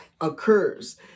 occurs